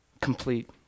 complete